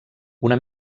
una